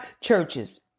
churches